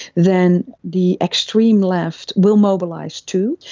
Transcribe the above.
then the extreme left will mobilise too.